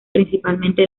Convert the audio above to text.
principalmente